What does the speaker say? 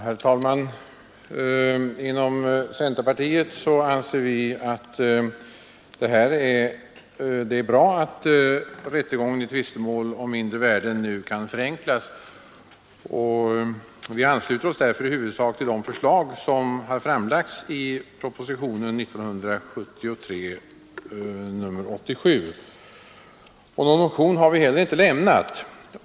Herr talman! Inom centerpartiet anser vi att det är bra att rättegången i tvistemål om mindre värden nu kan förenklas. Vi ansluter oss därför i huvudsak till de förslag som har framlagts i propositionen 87. Någon motion i ärendet har vi inte avlämnat.